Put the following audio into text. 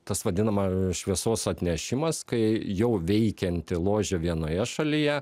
tas vadinama šviesos atnešimas kai jau veikianti ložė vienoje šalyje